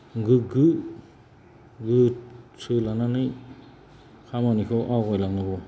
गोग्गो गो गोसो लानानै खामानिखौ आवगायलांनांगौ